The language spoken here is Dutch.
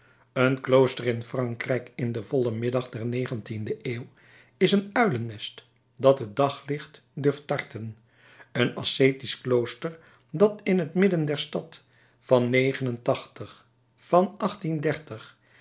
een klooster in frankrijk in den vollen middag der negentiende eeuw is een uilennest dat het daglicht durft tarten een ascetisch klooster dat in het midden der stad van van